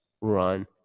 run